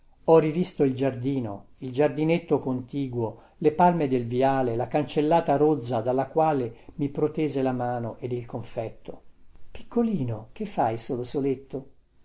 ho rivisto il giardino il giardinetto contiguo le palme del viale la cancellata rozza dalla quale mi protese la mano ed il confetto ii piccolino che fai solo soletto